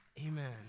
Amen